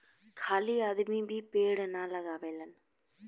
खाली आदमी भी पेड़ ना लगावेलेन